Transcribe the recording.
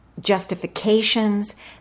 justifications